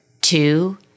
two